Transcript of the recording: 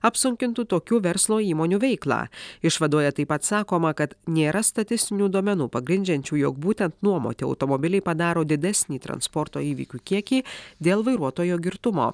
apsunkintų tokių verslo įmonių veiklą išvadoje taip pat sakoma kad nėra statistinių duomenų pagrindžiančių jog būtent nuomoti automobiliai padaro didesnį transporto įvykių kiekį dėl vairuotojo girtumo